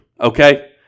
okay